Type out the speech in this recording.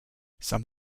some